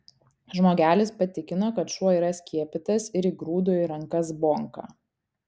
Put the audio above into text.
žmogelis patikino kad šuo yra skiepytas ir įgrūdo į rankas bonką